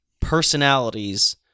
personalities